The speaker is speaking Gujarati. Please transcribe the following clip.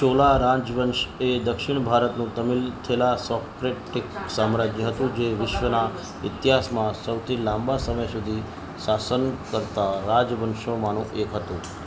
ચોલા રાજવંશ એ દક્ષિણ ભારતનું તમિલ થેલાસોક્રેટિક સામ્રાજ્ય હતું જે વિશ્વના ઇતિહાસમાં સૌથી લાંબા સમય સુધી શાસન કરતા રાજવંશોમાંનું એક હતું